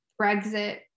Brexit